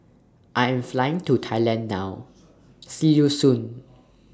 I Am Flying to Thailand now See YOU Soon